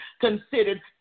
considered